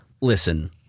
listen